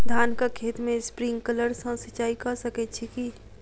धानक खेत मे स्प्रिंकलर सँ सिंचाईं कऽ सकैत छी की?